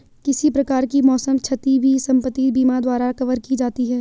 किसी प्रकार की मौसम क्षति भी संपत्ति बीमा द्वारा कवर की जाती है